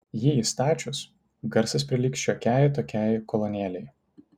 jį įstačius garsas prilygs šiokiai tokiai kolonėlei